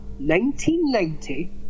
1990